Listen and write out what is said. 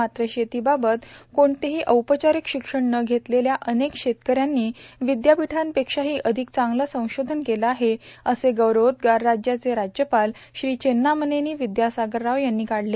मात्र शेतीबाबत कोणतेही औपचारिक शिक्षण न घेतलेल्या अनेक शेतकऱ्यांनी विद्यापीठांपेक्षाही अधिक चांगलं संशोधन केलं आहे असे गौरवोद्गार राज्याचे राज्यपाल श्री चेव्नामनेनी विद्यासागर राव यांनी काढले